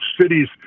cities